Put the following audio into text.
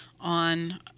on